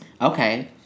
okay